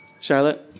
Charlotte